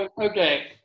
Okay